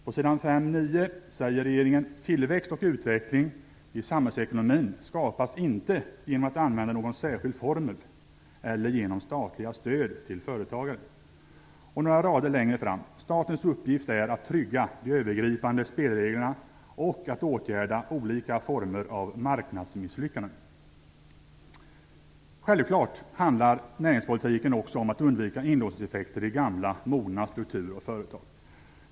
På s. 5.9 säger regeringen: "Tillväxt och utveckling i samhällsekonomin skapas inte genom att använda någon särskild formel eller genom statliga stöd till företagare." Några rader längre fram står det: "Statens uppgift är att trygga de övergripande spelreglerna och att åtgärda olika former av marknadsmisslyckanden." Självklart handlar näringspolitiken också om att undvika inlåsningseffekter i gamla mogna strukturer och företag.